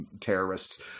terrorists